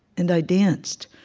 and i danced,